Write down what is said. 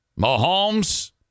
Mahomes